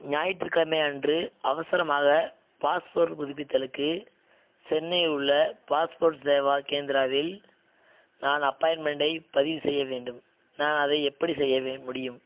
ஞாயிற்றுக்கிலமை அன்று அவசரமாக பாஸ்போர்ட் புதுப்பித்தலுக்கு சென்னையில் உள்ள பாஸ்போர்ட் சேவா கேந்திராவில் நான் அப்பாயிண்ட்மெண்ட்டை பதிவு செய்ய வேண்டும் நான் அதை எப்படி செய்ய வேண் முடியும்